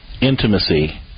intimacy